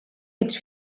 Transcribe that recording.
ets